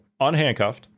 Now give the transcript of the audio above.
unhandcuffed